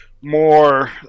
more